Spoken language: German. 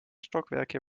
stockwerke